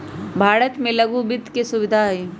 भारत में लघु वित्त के सुविधा हई